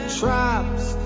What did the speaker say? traps